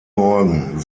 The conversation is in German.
morgen